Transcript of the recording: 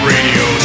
Radio